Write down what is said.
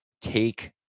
take